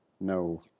No